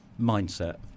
mindset